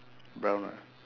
brown ah